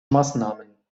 maßnahmen